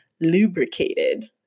lubricated